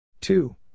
Two